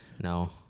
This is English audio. No